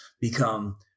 become